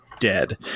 Dead